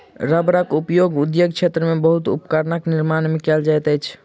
रबड़क उपयोग उद्योग क्षेत्र में बहुत उपकरणक निर्माण में कयल जाइत अछि